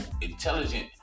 intelligent